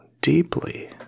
deeply